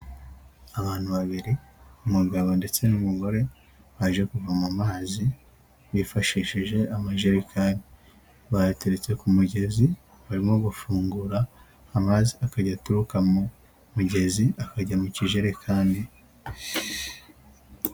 Abantu babiri umugabo ndetse n'umugore baje kuvoma mazi bifashishije amajerekani, bayateretse ku mugezi barimo gufungura amazi akajya aturuka mu mugezi akajya mu kijekani.